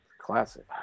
Classic